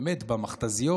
באמת, במכת"זיות.